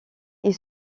ils